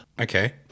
Okay